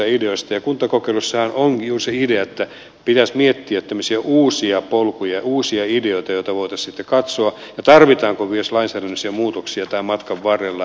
kuntakokeilussahan onkin juuri se idea että pitäisi miettiä tämmöisiä uusia polkuja uusia ideoita joita voitaisiin sitten katsoa ja sitä tarvitaanko myös lainsäädännöllisiä muutoksia tämän matkan varrella